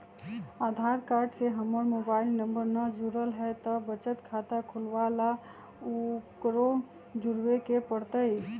आधार card से हमर mobile number न जुरल है त बचत खाता खुलवा ला उकरो जुड़बे के पड़तई?